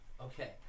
Okay